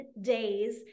days